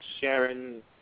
Sharon